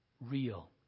real